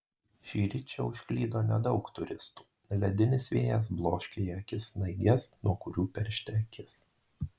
šįryt čia užklydo nedaug turistų ledinis vėjas bloškia į akis snaiges nuo kurių peršti akis